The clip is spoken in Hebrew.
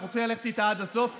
אנחנו רוצים ללכת איתה עד הסוף,